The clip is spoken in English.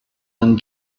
and